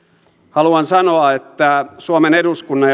haluan sanoa että suomen eduskunnan